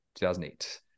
2008